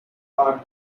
are